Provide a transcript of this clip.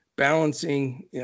balancing